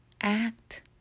act